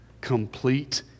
complete